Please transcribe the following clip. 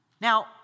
Now